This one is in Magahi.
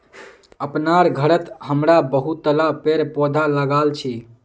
अपनार घरत हमरा बहुतला पेड़ पौधा लगाल छि